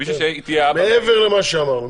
מעבר למה שאמרנו.